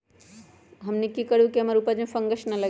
हमनी की करू की हमार उपज में फंगस ना लगे?